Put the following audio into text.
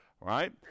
Right